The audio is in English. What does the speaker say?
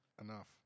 enough